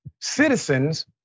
citizens